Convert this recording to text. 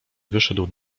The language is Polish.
wyszedł